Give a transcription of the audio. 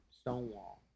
Stonewall